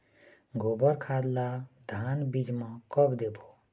गोबर खाद ला धान बीज म कब देबो?